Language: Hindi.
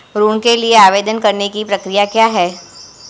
ऋण के लिए आवेदन करने की प्रक्रिया क्या है?